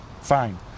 fine